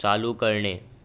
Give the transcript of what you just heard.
चालू करणे